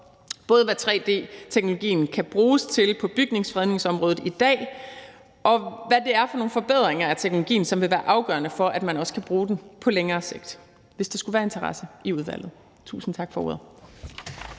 både hvad tre-d-teknologien kan bruges til på bygningsfredningsområdet i dag, og hvad det er for nogle forbedringer af teknologien, som vil være afgørende for, at man også kan bruge den på længere sigt, hvis der skulle være interesse i udvalget. Tusind tak for ordet.